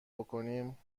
بکنیم